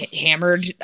hammered